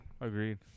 Agreed